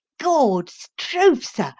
gawd's truth, sir,